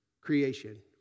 creation